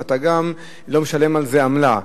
ואתה גם לא משלם על זה עמלה.